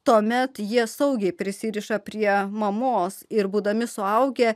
tuomet jie saugiai prisiriša prie mamos ir būdami suaugę